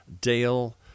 Dale